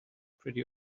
pretty